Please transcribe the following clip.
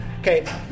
Okay